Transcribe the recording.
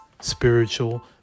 Spiritual